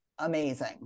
amazing